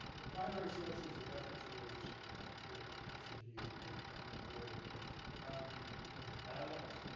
the primary sources of ethics rules for each of you and and the board as found in the bylaws,